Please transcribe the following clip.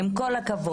עם כל הכבוד,